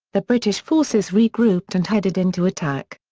the british forces regrouped and headed in to attack.